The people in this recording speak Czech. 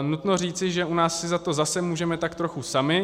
Nutno říci, že u nás si za to zase můžeme tak trochu sami.